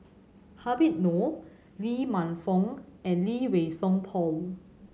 Habib Noh Lee Man Fong and Lee Wei Song Paul